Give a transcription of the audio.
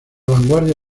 vanguardia